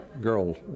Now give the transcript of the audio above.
girl